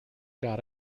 got